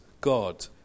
God